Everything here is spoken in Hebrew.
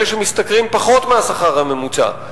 אלה שמשתכרים פחות מהשכר הממוצע,